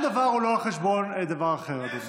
שום דבר הוא לא על חשבון דבר אחר, אדוני.